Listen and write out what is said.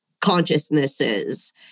consciousnesses